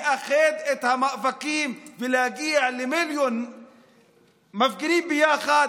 לאחד את המאבקים ולהגיע למילון מפגינים ביחד.